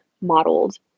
modeled